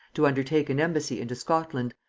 to undertake an embassy into scotland,